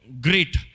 great